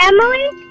Emily